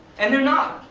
and they're not.